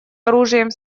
оружием